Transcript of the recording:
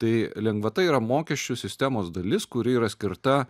tai lengvata yra mokesčių sistemos dalis kuri yra skirta